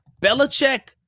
Belichick